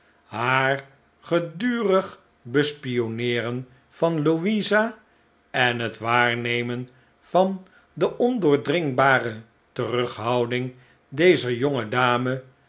haar gedurig bespionneeren van louisa en het waarnemen van de ondoordringbare terughouding dezer